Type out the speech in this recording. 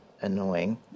annoying